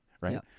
right